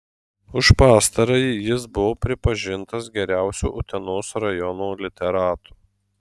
už pastarąjį jis buvo pripažintas geriausiu utenos rajono literatu